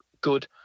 good